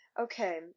Okay